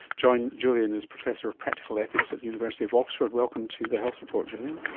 julian julian is professor of practical ethics at the university of oxford. welcome to the health report, julian.